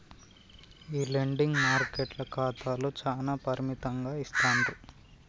ఈ లెండింగ్ మార్కెట్ల ఖాతాలు చానా పరిమితంగా ఇస్తాండ్రు